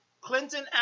Clinton